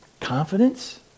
confidence